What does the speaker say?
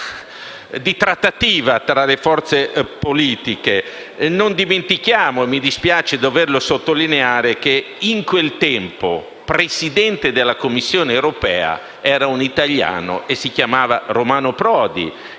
di trattativa tra le forze politiche. Non dimentichiamo - mi dispiace doverlo sottolineare - che a quel tempo Presidente della Commissione europea era un italiano che si chiamava Romano Prodi.